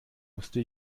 musste